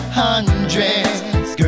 hundreds